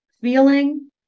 feeling